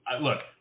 look